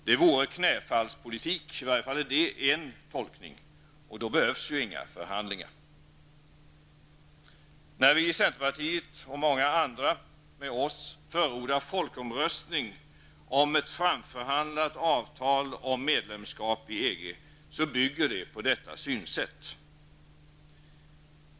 Det vore knäfallspolitik -- i varje fall är det en tolkning -- och då behövs inga förhandlingar. När vi i centerpartiet, och många med oss, förordar en folkomröstning före beslut om ett framförhandlat avtal om medlemskap i EG, så bygger det på detta synsätt.